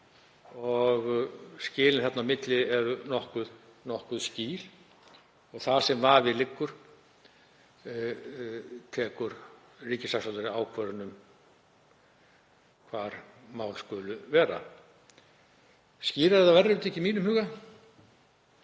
Skilin þarna á milli eru nokkuð skýr og þar sem vafi liggur tekur ríkissaksóknari ákvörðun um hvar mál skulu vera. Skýrara verður það ekki í mínum huga.